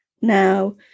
now